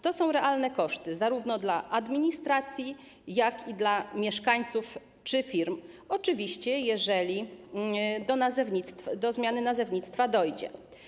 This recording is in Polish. To są realne koszty zarówno dla administracji, jak i dla mieszkańców czy firm, oczywiście jeżeli do zmiany nazewnictwa dojdzie.